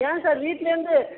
ஏன் சார் வீட்லேர்ந்து